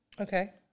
Okay